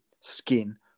skin